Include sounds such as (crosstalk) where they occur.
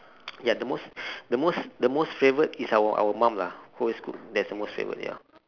ya the most (breath) the most the most favourite is our our mum lah always cook that's the most favourite